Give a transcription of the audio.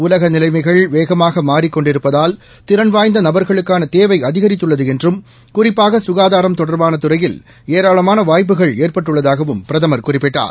உலகநிலைமைகள் வேகமாகமாறிக் கொண்டிருப்பதால் திறன் வாய்ந்தநபர்களுக்கானதேவைஅதிகரித்துள்ளதுஎன்றும் குறிப்பாகசுகாதாரம் தொடர்பானதுறையில் ஏராளமானவாய்ப்புகள் ஏற்பட்டுள்ளதாகவும் பிரதமர் குறிப்பிட்டார்